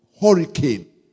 hurricane